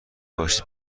باشید